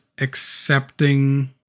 accepting